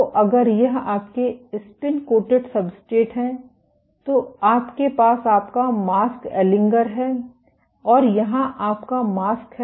तो अगर यह आपके स्पिन कोटेड सब्सट्रेट हैं तो आपके पास आपका मास्क एलिंगर है और यहां आपका मास्क है